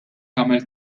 tagħmel